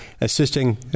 assisting